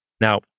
Now